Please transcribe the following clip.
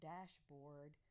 Dashboard